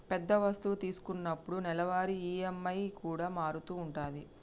పెద్ద వస్తువు తీసుకున్నప్పుడు నెలవారీ ఈ.ఎం.ఐ కూడా మారుతూ ఉంటది